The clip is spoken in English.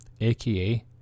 aka